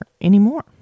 anymore